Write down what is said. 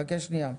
חכה שנייה.